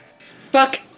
Fuck